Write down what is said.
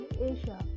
Asia